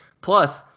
Plus